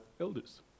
elders